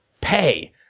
pay